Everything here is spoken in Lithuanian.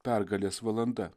pergalės valanda